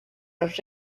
los